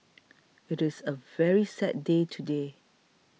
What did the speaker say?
it is a very sad day today